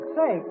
say